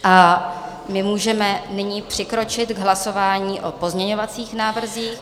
A my můžeme nyní přikročit k hlasování o pozměňovacích návrzích.